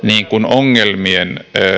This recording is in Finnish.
ongelmien